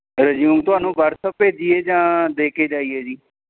resume ਤੁਹਾਨੂੰ WhatsApp ਭੇਜੀਏ ਜਾਂ ਦੇ ਕੇ ਜਾਈਏ ਜੀ